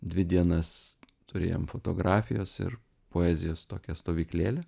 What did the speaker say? dvi dienas turėjom fotografijos ir poezijos tokią stovyklėlę